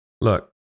Look